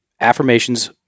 affirmations